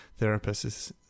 therapists